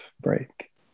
break